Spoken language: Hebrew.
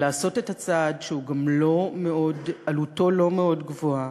לעשות את הצעד שעלותו לא מאוד גבוהה,